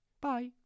Bye